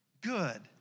Good